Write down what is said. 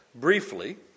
briefly